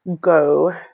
go